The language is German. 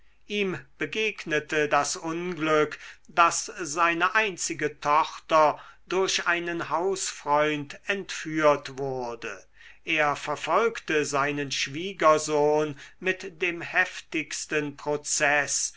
ihm begegnete das unglück daß seine einzige tochter durch einen hausfreund entführt wurde er verfolgte seinen schwiegersohn mit dem heftigsten prozeß